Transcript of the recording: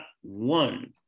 one